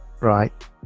Right